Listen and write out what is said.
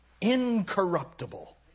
incorruptible